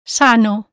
sano